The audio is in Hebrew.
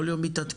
כל יום מתעדכן,